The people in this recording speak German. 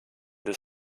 das